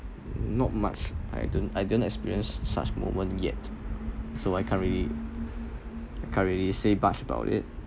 not much I don't I didn't experience such moment yet so I can't really can't really say much about it